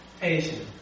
patient